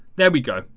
there we go.